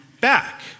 back